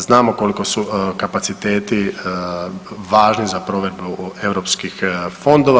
Znamo koliko su kapaciteti važni za provedbu europskih fondova.